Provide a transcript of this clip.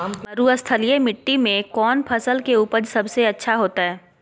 मरुस्थलीय मिट्टी मैं कौन फसल के उपज सबसे अच्छा होतय?